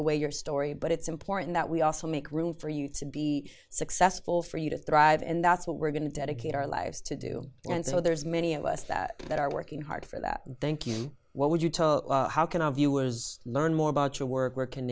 away your story but it's important that we also make room for you to be successful for you to thrive and that's what we're going to dedicate our lives to do and so there's many of us that that are working hard for that thank you what would you tell how can our viewers learn more about your work where can